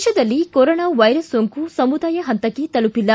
ದೇಶದಲ್ಲಿ corona virus ಸೋಂಕು ಸಮುದಾಯ ಹಂತಕ್ಕೆ ತಲುಪಿಲ್ಲ